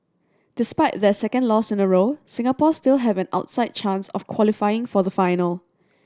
despite their second loss in a row Singapore still have an outside chance of qualifying for the final